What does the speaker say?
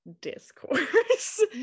discourse